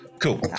Cool